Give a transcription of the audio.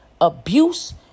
abuse